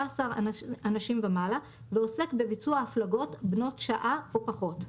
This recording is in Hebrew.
אנשים ומעלה ועוסק בביצוע הפלגות בנות שעה או פחות.